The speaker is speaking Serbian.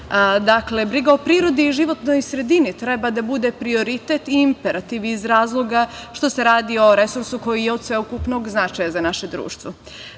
briga o prirodi i životnoj sredini treba da bude prioritet i imperativ iz razloga što se radi o resursu koji je od sveukupnog značaja za naše društvo. Zdrava